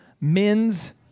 men's